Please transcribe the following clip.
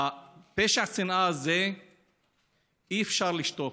על פשע השנאה הזה אי-אפשר לשתוק,